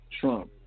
Trump